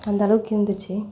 அந்தளவுக்கு இருந்துச்சு